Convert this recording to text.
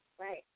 Right